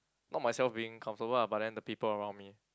not myself being comfortable lah but then the people around me